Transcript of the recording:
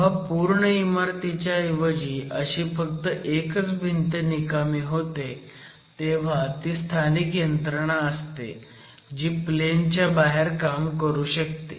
जेव्हा पूर्ण इमारतीच्या ऐवजी अशी फक्त एकच भिंत निकामी होते तेव्हा ती स्थानिक यंत्रणा असते जी प्लेन च्या बाहेर काम करू शकते